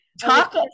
Talk